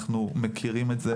אנחנו מכירים את זה,